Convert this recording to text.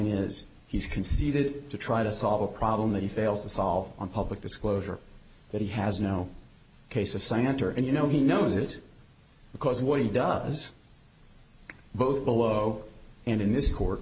is he's conceded to try to solve a problem that he fails to solve on public disclosure that he has no case of senator and you know he knows it because what he does both below and in this court